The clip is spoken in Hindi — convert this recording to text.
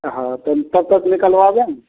हाँ तब तब तक निलकवाने